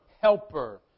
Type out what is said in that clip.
helper